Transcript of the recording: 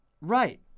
Right